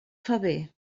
faver